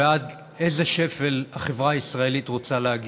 ועד איזה שפל החברה הישראלית רוצה להגיע?